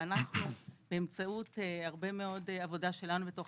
ואנחנו באמצעות הרבה מאוד עבודה שלנו בתוך